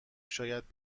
شاید